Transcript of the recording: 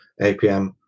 APM